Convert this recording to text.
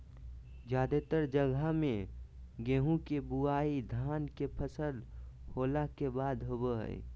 जादेतर जगह मे गेहूं के बुआई धान के फसल होला के बाद होवो हय